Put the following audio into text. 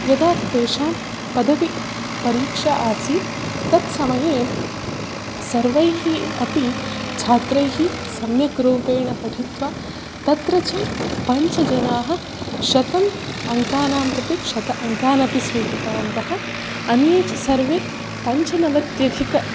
यदा तेषां पदवी परीक्षा असीत् तत्समये सर्वैः अपि छात्रैः सम्यग्रूपेण पठित्वा तत्र च पञ्चजनाः शतम् अङ्कानां कृते शतम् अङ्कान् स्वीकृतवन्तः अन्ये च सर्वे पञ्चनवत्यधिक